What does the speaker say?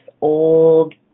old